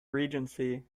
regency